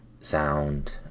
sound